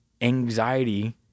anxiety